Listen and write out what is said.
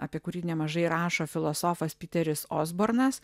apie kurį nemažai rašo filosofas piteris osbornas